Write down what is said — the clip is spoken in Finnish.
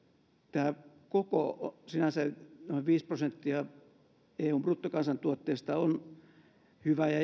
tämä koko sinänsä noin viisi prosenttia eun bruttokansantuotteesta on hyvä ja